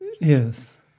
yes